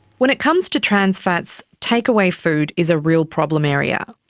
when it comes to trans fats, takeaway food is a real problem area.